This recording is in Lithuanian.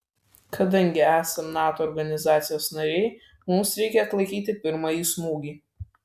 kadangi esam nato organizacijos nariai mums reikia atlaikyti pirmąjį smūgį